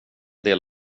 del